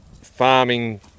farming